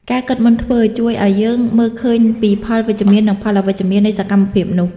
ការគិតមុនធ្វើ ជួយឱ្យយើងមើលឃើញពីផលវិជ្ជមាន និងផលអវិជ្ជមាននៃសកម្មភាពនោះ។